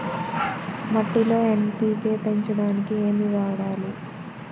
మట్టిలో ఎన్.పీ.కే పెంచడానికి ఏమి వాడాలి?